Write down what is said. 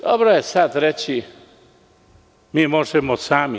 Dobro je sad reći – mi možemo sami.